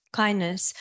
kindness